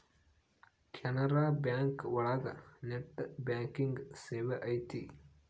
Canara bank ಒಳಗ net banking ಸೇವೆ ಐತಿ